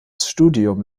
studium